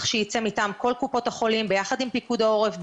שייצא מטעם כל קופות החולים ביחד עם פיקוד העורף,